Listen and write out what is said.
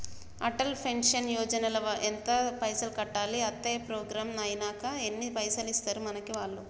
Atal pension Yojana ల ఎంత పైసల్ కట్టాలి? అత్తే ప్రోగ్రాం ఐనాక ఎన్ని పైసల్ ఇస్తరు మనకి వాళ్లు?